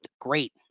Great